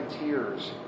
tears